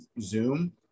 zoom